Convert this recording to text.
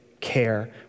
care